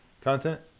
content